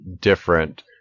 different